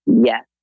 Yes